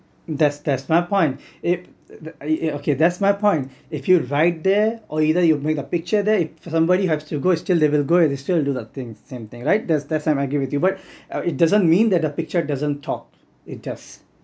that's that's my point if the eh you know okay that's my point if you write there or either you make a picture there somebody has to go and still they will go and they still do that thing same thing right that's I'm I give it to you but it doesn't mean that the picture doesn't talk it does